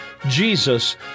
Jesus